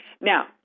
Now